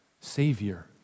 Savior